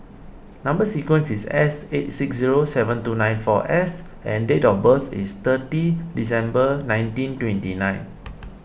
Number Sequence is S eight six zero seven two nine four S and date of birth is thirty December nineteen twenty nine